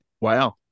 Wow